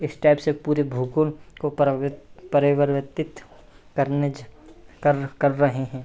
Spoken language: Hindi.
इस टाइप से पूरे भूगोल को प्रवित परिवर्तित करने जे कर कर रहे हैं